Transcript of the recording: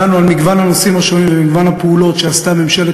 דנו על מגוון הנושאים ומגוון הפעולות שעשו ממשלת